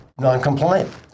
non-compliant